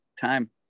time